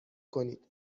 کنید